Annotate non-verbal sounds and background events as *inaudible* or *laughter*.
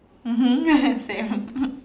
mmhmm *laughs* same *laughs*